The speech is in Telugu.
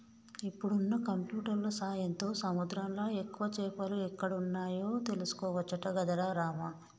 ఇప్పుడున్న కంప్యూటర్ల సాయంతో సముద్రంలా ఎక్కువ చేపలు ఎక్కడ వున్నాయో తెలుసుకోవచ్చట గదరా రామా